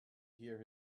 hear